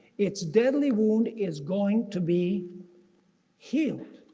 it's deadly wound is going to be healed.